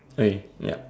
okay yep